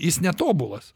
jis netobulas